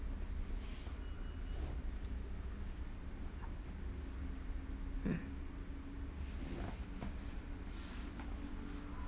mm